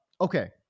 Okay